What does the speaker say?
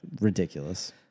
Ridiculous